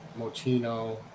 mochino